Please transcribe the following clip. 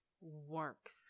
works